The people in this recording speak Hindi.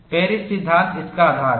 पेरिस सिद्धांत इसका आधार है